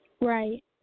Right